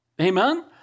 Amen